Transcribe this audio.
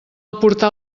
aportar